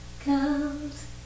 comes